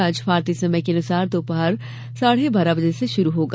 match भारतीय समय के अनुसार दोपहर साढे बारह बजे से शुरू होगा